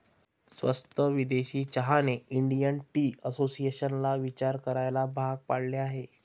स्वस्त विदेशी चहाने इंडियन टी असोसिएशनला विचार करायला भाग पाडले आहे